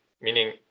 meaning